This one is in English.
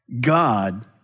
God